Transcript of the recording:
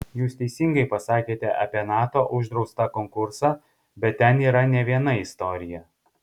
jūs teisingai pasakėte apie nato uždraustą konkursą bet ten yra ne viena istorija